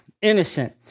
innocent